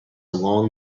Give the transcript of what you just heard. long